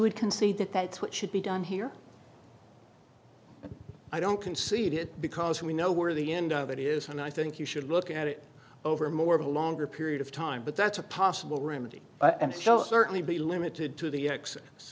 would concede that that's what should be done here i don't concede it because we know where the end of it is and i think you should look at it over more of a longer period of time but that's a possible remedy and certainly be limited to the ex